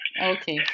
Okay